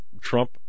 trump